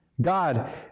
God